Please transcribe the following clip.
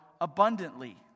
abundantly